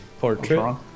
portrait